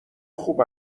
خوب